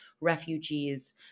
refugees